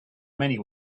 many